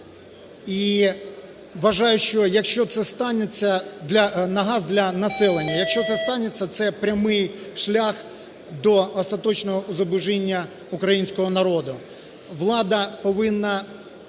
населення, якщо це станеться, це прямий шлях до остаточного зубожіння українського народу. Влада повинна